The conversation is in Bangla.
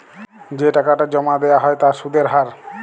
যে টাকাটা জমা দেয়া হ্য় তার সুধের হার